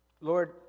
Lord